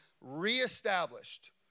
reestablished